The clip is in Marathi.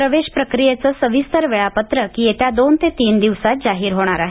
प्रवेश प्रक्रियेचं सविस्तर वेळापत्रक येत्या दोन ते तीन दिवसांत जाहीर होणार आहे